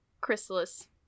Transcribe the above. chrysalis